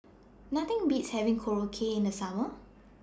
Nothing Beats having Korokke in The Summer